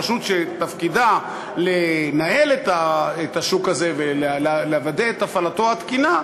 הרשות שתפקידה לנהל את השוק הזה ולוודא את הפעלתו התקינה,